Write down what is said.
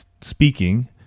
speaking